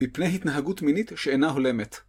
בפני התנהגות מינית שאינה הולמת.